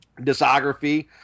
discography